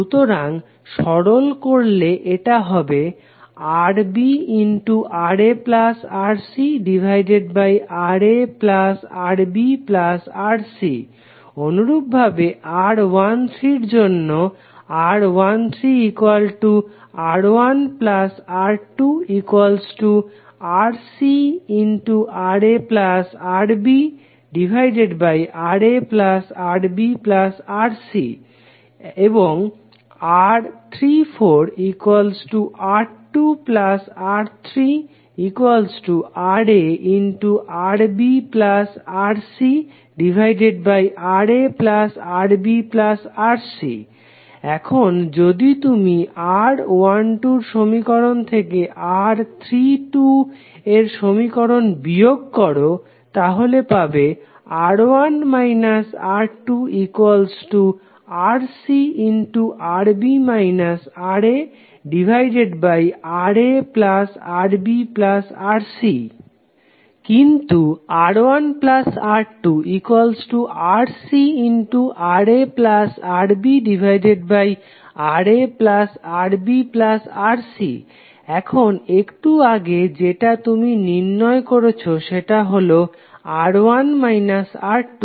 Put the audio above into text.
সুতরাং সরল করলে এটা হবে RbRaRcRaRbRc অনুরূপভাবে R13 এর জন্য R13R1R2RcRaRbRaRbRc R34R2R3RaRbRcRaRbRc এখন যদি তুমি R12 এর সমীকরণ থেকে R32 এর সমীকরণ বিয়োগ করো তাহলে পাবে R1 R2RcRb RaRaRbRc কিন্তু R1R2RcRaRbRaRbRc এখন একটু আগে যেটা তুমি নির্ণয় করেছো সেটা হলো R1 R2